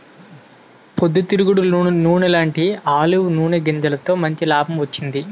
పొద్దు తిరుగుడు నూనెలాంటీ ఆలివ్ నూనె గింజలతో మంచి లాభం వచ్చింది